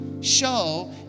show